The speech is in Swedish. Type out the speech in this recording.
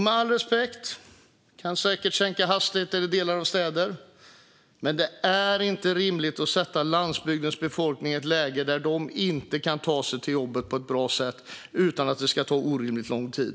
Med all respekt - man kan säkert sänka hastigheter i delar av städer. Men det är inte rimligt att sätta landsbygdens befolkning i ett läge där de inte kan ta sig till jobbet på ett bra sätt utan att det ska ta orimligt lång tid.